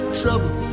trouble